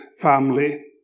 family